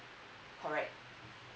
correct